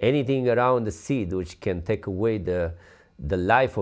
anything around the seed which can take away the the life